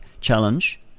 challenge